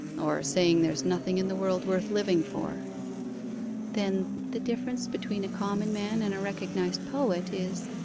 or saying there's nothing in the world worth living for then the difference between a common man and a recognized poet is,